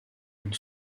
une